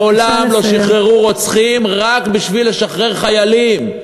מעולם לא שחררו רוצחים, רק בשביל לשחרר חיילים.